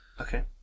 okay